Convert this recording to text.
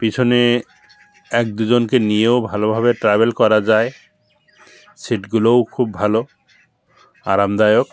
পিছনে এক দুজনকে নিয়েও ভালোভাবে ট্রাভেল করা যায় সীটগুলোও খুব ভালো আরামদায়ক